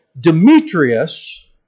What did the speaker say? Demetrius